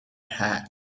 hat